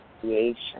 creation